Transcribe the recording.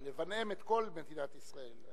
לבנאם את כל מדינת ישראל.